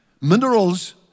Minerals